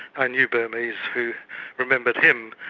i knew burmese who remembered him,